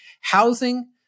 housing